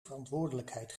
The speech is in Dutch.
verantwoordelijkheid